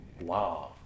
Wow